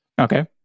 Okay